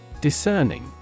Discerning